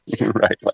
right